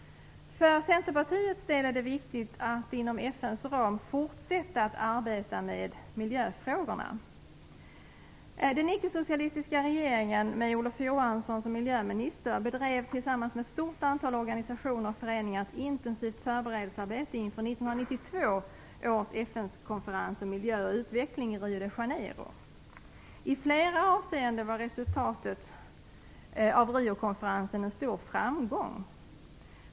För Centerpartiets del är det viktigt att inom FN:s ram fortsätta arbeta med miljöfrågorna. Den icke-socialistiska regeringen med Olof Johansson som miljöminister bedrev tillsammans med ett stort antal organisationer och föreningar ett intensivt förberedelsearbete inför 1992 års FN-konferens om miljö och utveckling i Rio de Janeiro. I flera avseenden var resultatet av Rio-konferensen en stor framgång.